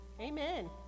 Amen